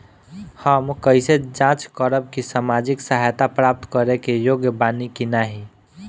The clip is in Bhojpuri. हम कइसे जांच करब कि सामाजिक सहायता प्राप्त करे के योग्य बानी की नाहीं?